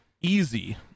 easy